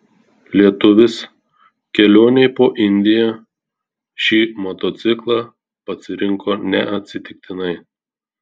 lietuvis kelionei po indiją šį motociklą pasirinko neatsitiktinai